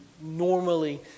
normally